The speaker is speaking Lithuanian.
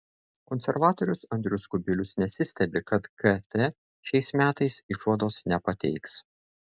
konservatorius andrius kubilius nesistebi kad kt šiais metais išvados nepateiks